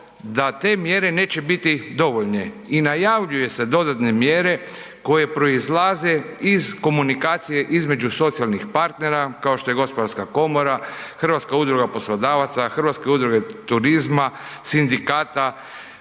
da te mjere neće biti dovoljne i najavljuju se dodatne mjere koje proizlaze iz komunikacije između socijalnih partnera kao što je HGK, HUP, Hrvatska udruga turizma, sindikata,